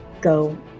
go